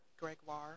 Gregoire